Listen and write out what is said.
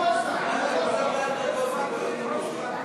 ההצעה להעביר את הנושא לוועדת החוץ והביטחון נתקבלה.